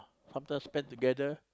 sometimes spend together